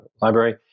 Library